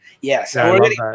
Yes